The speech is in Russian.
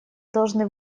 должны